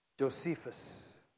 Josephus